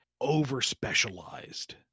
over-specialized